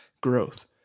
growth